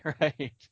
Right